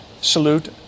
Salute